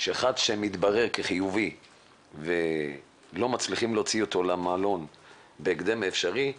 שאחד שמתברר כחיובי ולא מצליחים להוציאו למלון בהקדם האפשרי,